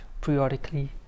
periodically